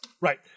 Right